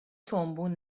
تومبون